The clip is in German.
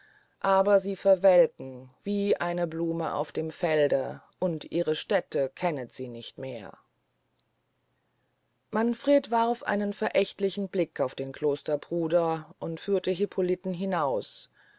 aber sie verwelken wie eine blume auf dem felde und ihre stäte kennet sie nicht mehr manfred warf einen verächtlichen blick auf den klosterbruder und führte hippoliten hinaus